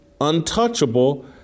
untouchable